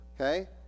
Okay